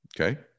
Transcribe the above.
Okay